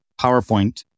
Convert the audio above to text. PowerPoint